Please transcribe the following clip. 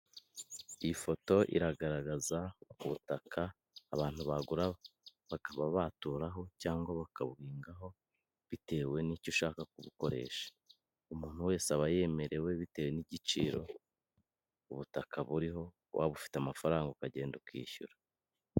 Iyifoto iragaragaza ubutaka abantu bagura bakaba baturaho cyangwa bakabuhingaho bitewe n'icyo ushaka kubukoresha. Umuntu wese aba yemerewe bitewe n'igiciro ubutaka buriho waba ufite amafaranga ukagenda ukishyura.